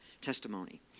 testimony